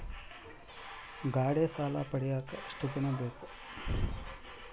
ಗಾಡೇ ಸಾಲ ಪಡಿಯಾಕ ಎಷ್ಟು ದಿನ ಬೇಕು?